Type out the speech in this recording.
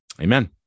Amen